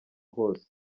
hose